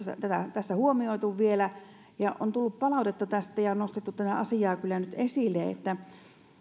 tässä huomioitu vielä ja on tullut palautetta tästä ja on nostettu tätä asiaa kyllä nyt esille että